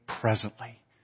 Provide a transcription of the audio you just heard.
presently